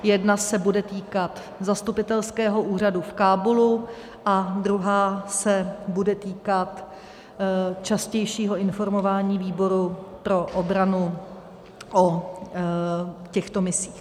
Jedna se bude týkat zastupitelského úřadu v Kábulu a druhá se bude týkat častějšího informování výboru pro obranu o těchto misích.